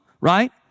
right